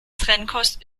trennkost